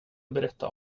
berätta